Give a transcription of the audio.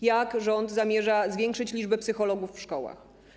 Jak rząd zamierza zwiększyć liczbę psychologów w szkołach?